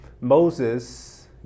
moses